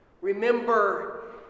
Remember